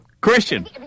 Christian